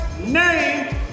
name